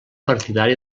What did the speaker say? partidari